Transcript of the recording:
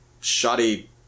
shoddy